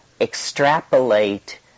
extrapolate